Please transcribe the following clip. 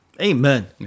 Amen